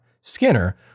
Skinner